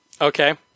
Okay